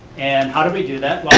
and how do we do that?